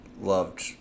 loved